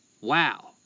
Wow